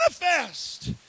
manifest